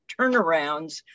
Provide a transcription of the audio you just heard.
turnarounds